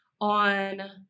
on